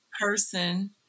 person